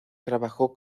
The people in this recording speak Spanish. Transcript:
trabajó